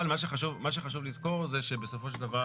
אבל מה שחשוב לזכור זה שבסופו של דבר